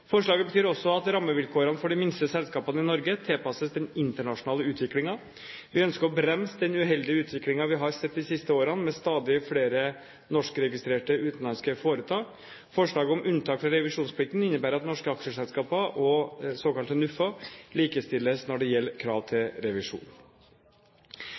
Forslaget betyr også at rammevilkårene for de minste selskapene i Norge tilpasses den internasjonale utviklingen. Vi ønsker å bremse den uheldige utviklingen vi har sett de siste årene med stadig flere norskregistrerte utenlandske foretak. Forslaget om unntak fra revisjonsplikten innebærer at norske aksjeselskaper og såkalte NUF-er likestilles når det gjelder krav